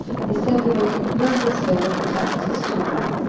he said he would confirm the sale of the taxes to him.